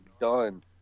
done